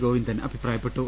ഗോവിന്ദൻ അഭിപ്രായപ്പെട്ടു